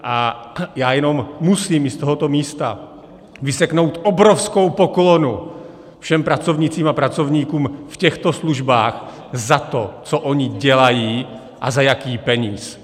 A já jenom musím z tohoto místa vyseknout obrovskou poklonu všem pracovnicím a pracovníkům v těchto službách za to, co oni dělají a za jaký peníz.